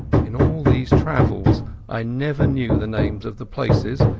in all these travels i never knew the names of the places,